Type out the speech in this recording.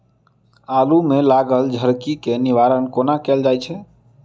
आलु मे लागल झरकी केँ निवारण कोना कैल जाय छै?